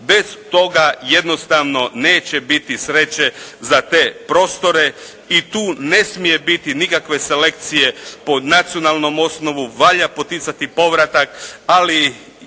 Bez toga jednostavno neće biti sreće za te prostore i tu ne smije biti nikakve selekcije po nacionalnom osnovu, valja poticati povratak, ali